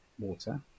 water